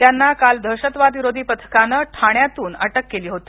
त्यांना काल दहशतवाद विरोधी पथकानं ठाण्यातून अटक केली होती